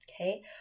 okay